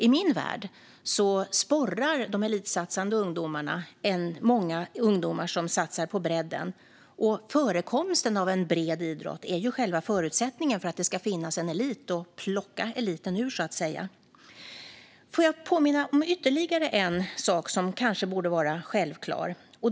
I min värld sporrar de elitsatsande ungdomarna många ungdomar som satsar på bredden, och förekomsten av en bred idrott är ju själva förutsättningen för att det ska finnas en elit. Får jag påminna om ytterligare en sak som kanske borde vara självklar.